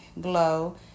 Glow